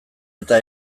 eta